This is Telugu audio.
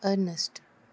అర్నస్ట్